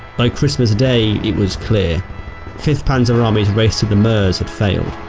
by christmas day it was clear fifth panzer army's race to the meuse had failed.